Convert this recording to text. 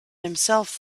himself